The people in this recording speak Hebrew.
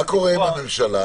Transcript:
מה קורה עם הממשלה?